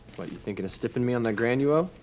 what, you thinking of stiffing me on that grand you owe?